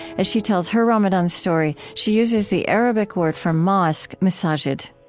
as she tells her ramadan story, she uses the arabic word for mosque, masjid.